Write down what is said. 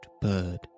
bird